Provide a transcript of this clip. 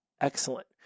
excellent